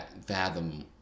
fathom